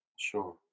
Sure